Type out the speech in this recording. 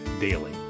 Daily